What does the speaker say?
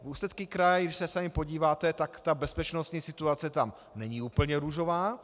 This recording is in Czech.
Ústecký kraj, když se sami podíváte, tak bezpečnostní situace tam není úplně růžová.